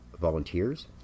volunteers